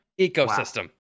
ecosystem